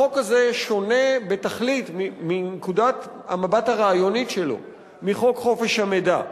החוק הזה שונה בתכלית בנקודת המבט הרעיונית שלו מחוק חופש המידע.